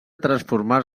transformar